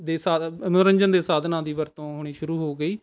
ਮਨੋਰੰਜਨ ਦੇ ਸਾਧਨਾਂ ਦੀ ਵਰਤੋਂ ਹੋਣੀ ਸ਼ੁਰੂ ਹੋ ਗਈ